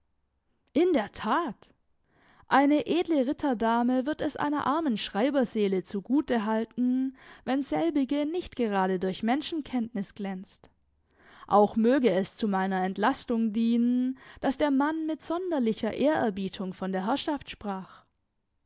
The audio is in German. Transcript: in der tat eine edle ritterdame wird es einer armen schreiberseele zugute halten wenn selbige nicht gerade durch menschenkenntnis glänzt auch möge es zu meiner entlastung dienen daß der mann mit sonderlicher ehrerbietung von der herrschaft sprach